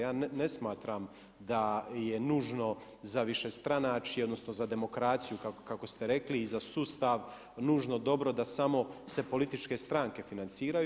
Ja ne smatram da je nužno za višestranačje, odnosno za demokraciju, kako ste rekli, i za sustav nužno dobro da samo se političke stranke financiraju.